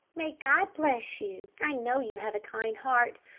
may god bless you. i know you have a kind heart.